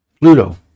pluto